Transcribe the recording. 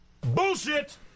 Bullshit